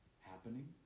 happening